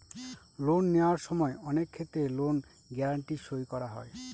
loan নেওয়ার সময় অনেক ক্ষেত্রে লোন গ্যারান্টি সই করা হয়